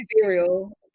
cereal